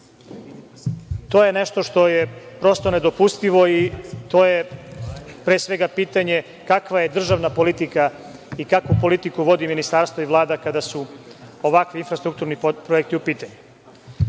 To je nešto što je prosto nedopustivo i to je pre svega pitanje kakva je državna politika i kakvu politiku vodi ministarstvo i Vlada kada su ovakvi infrastrukturni projekti u pitanju. Drugi